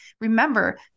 remember